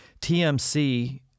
TMC